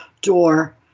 door